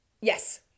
Yes